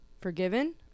forgiven